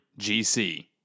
GC